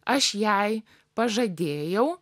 aš jai pažadėjau